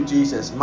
Jesus